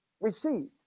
received